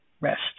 Rest